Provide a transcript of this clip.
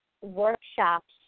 workshops